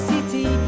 City